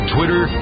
Twitter